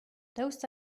daoust